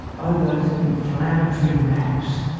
oh those inflammatory maps!